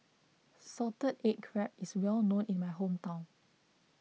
Salted Egg Crab is well known in my hometown